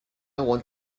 want